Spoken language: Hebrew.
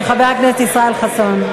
של חבר הכנסת ישראל חסון.